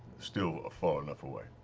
still far enough away.